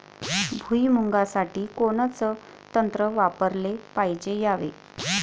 भुइमुगा साठी कोनचं तंत्र वापराले पायजे यावे?